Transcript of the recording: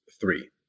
three